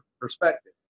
perspective